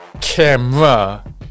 camera